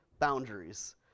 boundaries